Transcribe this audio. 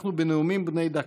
אנחנו בנאומים בני דקה.